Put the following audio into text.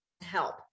help